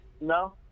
No